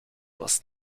was